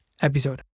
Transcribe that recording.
episode